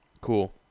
Cool